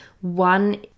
one